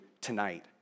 tonight